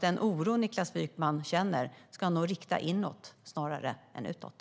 Den oro Niklas Wykman känner ska han nog rikta inåt snarare än utåt.